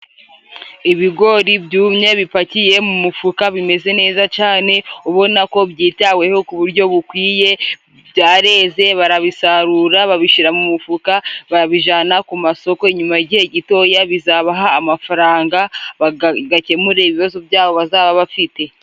Ibigori byumye bipakiye mu mufuka bimeze neza cane ubona ko byitaweho ku buryo bukwiye, byareze barabisarura babishira mu mufuka, babijana ku masoko nyuma y'igihe gitoya bizabaha amafaranga baga gakemure ibibazo byabo bazaba bafite.